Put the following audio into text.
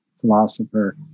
philosopher